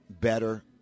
better